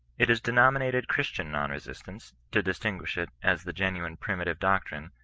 it is denominated chris tian non-resistance, to distinguish it, as the genuine primitive doctrine,